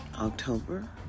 October